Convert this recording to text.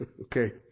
okay